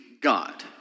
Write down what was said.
God